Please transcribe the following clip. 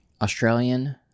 Australian